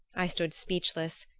i stood speechless,